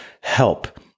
help